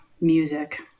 music